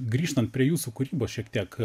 grįžtant prie jūsų kūrybos šiek tiek